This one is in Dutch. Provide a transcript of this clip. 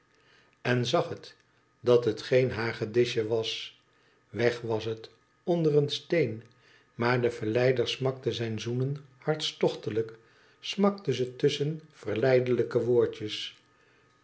en zag het dat het geen hagedisje was weg was het onder een steen maar de verleider smakte zijn zoenen hartstochtelijk smakte ze tusschen verleidelijke woordjes